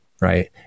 right